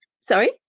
sorry